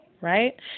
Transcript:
right